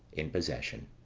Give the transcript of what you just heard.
in possession.